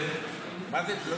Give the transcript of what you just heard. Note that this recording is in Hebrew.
מה זה?